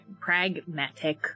pragmatic